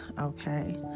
okay